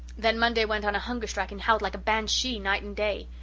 then monday went on a hunger strike and howled like a banshee night and day.